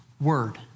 word